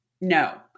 No